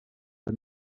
pas